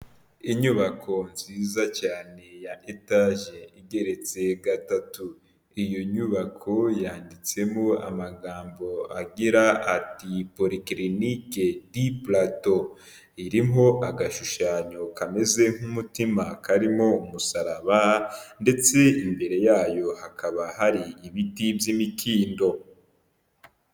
Inyubako nziza cyane ya etaje igeretse gatatu iyo nyubako yanditsemo amagambo agira ati porikirinike di Purato irimo agashushanyo kameze nk'umutima karimo umusaraba, ndetse imbere yayo hakaba hari ibiti by'imikindo.